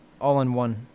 all-in-one